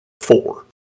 four